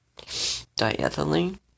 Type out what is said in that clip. Diethylene